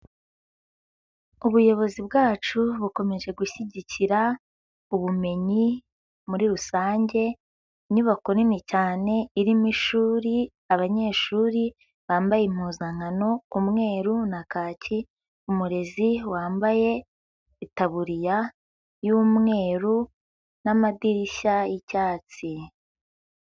Ubuyobozi bwacu bukomeje gushyigikira ubumenyi muri rusange, inyubako nini cyane irimo ishuri, abanyeshuri bambaye impuzankano umweru na kaki, umurezi wambaye itaburiya y'umweru n'amadirishya y'icyatsi.